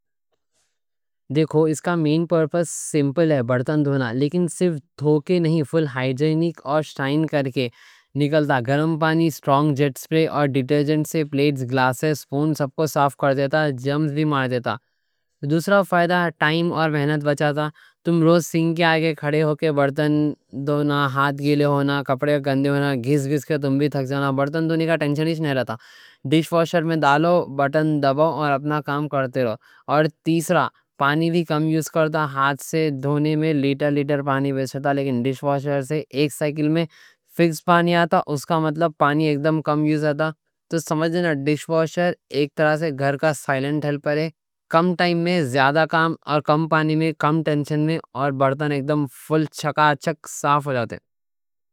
دیکھو اس کا مین پرپس سمپل ہے برتن دھونا، لیکن صرف دھو کے نہیں، فل ہائیجینک اور شائن کر کے۔ نکلتا گرم پانی، سٹرونگ جیٹ سپرے اور ڈیٹرجنٹ سے پلیٹس، گلاس، سپون سب کو صاف کر دیتا، جرمز بھی مار دیتا۔ دوسرا فائدہ ٹائم اور محنت بچاتا۔ تم روز سنک کے آگے کھڑے ہو کے برتن دھونا۔ ہاتھ گیلے ہونا، کپڑے گندے ہونا، گھس گھس کے تم بھی تھک جانا، برتن دھونے کا ٹینشن نہیں رہتا۔ ڈِش واشر میں ڈالو، بٹن دبو اور اپنا کام کرتے رو۔ اور تیسرا، پانی بھی کم یوز کرتا۔ ہاتھ سے دھونے میں لیٹر لیٹر پانی ویسٹ رہتا لیکن ڈِش واشر سے ایک سائیکل میں فکس پانی آتا۔ اس کا مطلب پانی اکدم کم یوز آتا۔ تو سمجھ جائے نا، ڈِش واشر ایک طرح سے گھر کا سائلنٹ ہیلپر ہے۔ کم ٹائم میں زیادہ کام اور کم پانی میں کم ٹینشن میں، اور برتن اکدم فل چکاچک صاف ہو جاتے ہیں۔